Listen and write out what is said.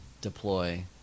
deploy